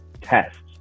tests